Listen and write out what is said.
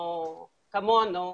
כמונו,